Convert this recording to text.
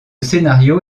scénario